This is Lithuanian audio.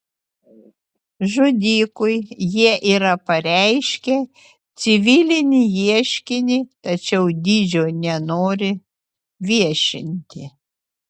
žudikui jie yra pareiškę civilinį ieškinį tačiau dydžio nenori viešinti